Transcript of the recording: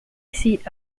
seat